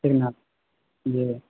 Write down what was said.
ٹھیک نا جی